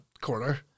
corner